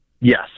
Yes